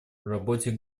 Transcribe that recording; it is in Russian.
работе